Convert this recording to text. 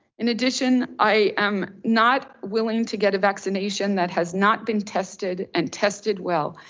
in addition, i am not willing to get a vaccination that has not been tested and tested well.